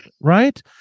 Right